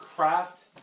Craft